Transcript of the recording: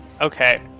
Okay